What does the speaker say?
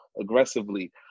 aggressively